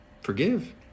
forgive